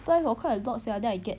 apply for quite a lot sia then I get